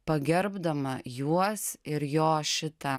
pagerbdama juos ir jo šitą